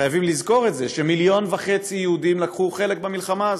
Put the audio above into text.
חייבים לזכור את זה שמיליון וחצי יהודים לקחו חלק במלחמה הזאת,